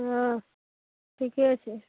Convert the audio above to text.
हँ ठीके छै